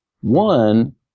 One